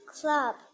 club